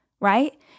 right